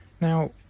now